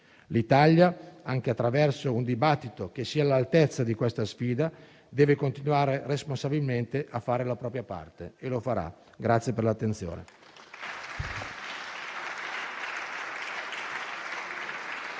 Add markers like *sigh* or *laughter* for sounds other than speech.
L'Italia, anche attraverso un dibattito che sia all'altezza di questa sfida, deve continuare responsabilmente a fare la propria parte e lo farà. *applause*